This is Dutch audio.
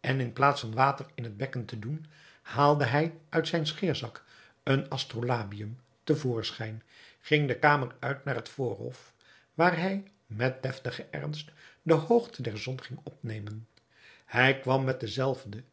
en in plaats van water in het bekken te doen haalde hij uit zijn scheerzak een astrolabium te voorschijn ging de kamer uit naar het voorhof waar hij met deftigen ernst de hoogte der zon ging opnemen hij kwam met den